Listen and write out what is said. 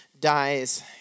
dies